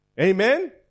Amen